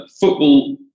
Football